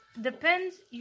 depends